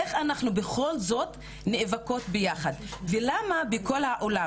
איך אנחנו בכל זאת נאבקות ביחד ולמה בכל העולם